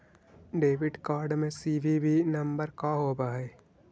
Debit card में CVV number का होव हइ?